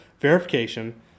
verification